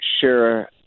sure